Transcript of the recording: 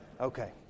Okay